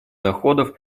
доходов